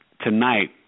tonight –